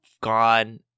gone